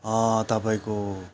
तपाईँको